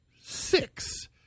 six